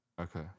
Okay